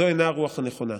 זו אינה הרוח הנכונה.